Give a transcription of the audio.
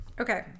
Okay